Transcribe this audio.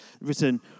written